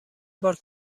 بار